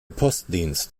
postdienst